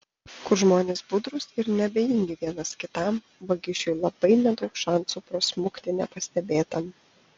kur žmonės budrūs ir neabejingi vienas kitam vagišiui labai nedaug šansų prasmukti nepastebėtam